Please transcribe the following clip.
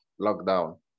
lockdown